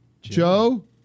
Joe